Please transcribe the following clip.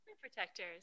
protectors